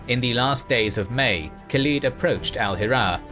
in the last days of may khalid approached al-hirah,